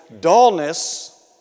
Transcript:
dullness